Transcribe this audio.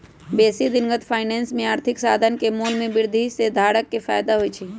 बेशी दिनगत फाइनेंस में आर्थिक साधन के मोल में वृद्धि से धारक के फयदा होइ छइ